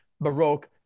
Baroque